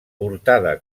portada